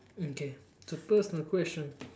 okay so personal question